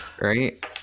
right